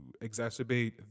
exacerbate